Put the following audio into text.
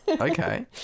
Okay